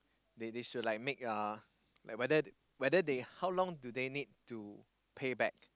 they they should like make uh like whether whether they how long do they need to pay back